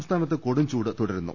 സംസ്ഥാനത്ത് കൊടുംചൂട് തുടരുന്നു